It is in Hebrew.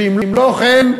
שאם לא כן,